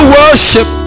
worship